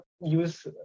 use